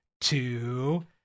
two